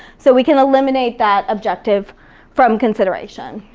so we can eliminate that objective from consideration.